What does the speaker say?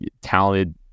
talented